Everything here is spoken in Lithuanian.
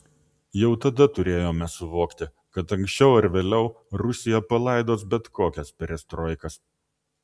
jau tada turėjome suvokti kad anksčiau ar vėliau rusija palaidos bet kokias perestroikas